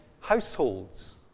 households